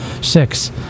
Six